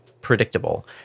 predictable